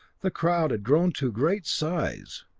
the crowd had grown to great size.